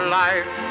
life